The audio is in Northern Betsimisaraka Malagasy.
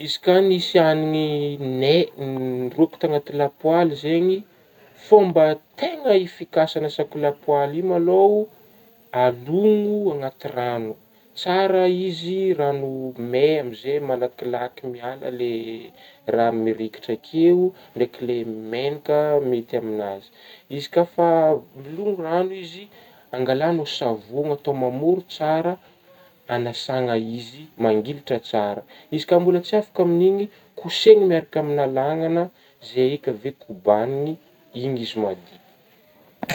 Izy ka nisy hanigny nay nirokoto tagnaty lapoaly zegny fômba tegna efikasy agnasako lapoaly io ma lo alogno anaty ragno ,tsara izy ragno may amizay malakilaky miala lay raha miraikitry akeo ndraiky lay megnaky mainty amin'azy izy ka fa milogno ragno izy angalagnao savogny atao mamory tsara anasagna izy mangilitra tsara, izy ka mbola tsy afaka amin'igny kosehigna miaraka amin'gna lagnagna zay eka avy eo kobanigny izy madio.